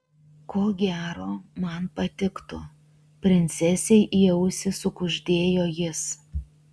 ko gero man patiktų princesei į ausį sukuždėjo jis